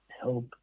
help